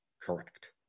correct